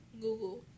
Google